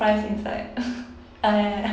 surprise inside ah ya ya ya